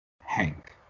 Hank